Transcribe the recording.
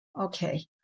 Okay